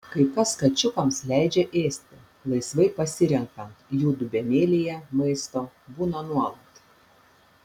kai kas kačiukams leidžia ėsti laisvai pasirenkant jų dubenėlyje maisto būna nuolat